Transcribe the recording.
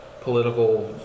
political